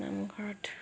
নামঘৰত